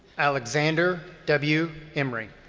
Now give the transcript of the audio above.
alexander w. emry.